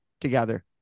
together